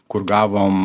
kur gavom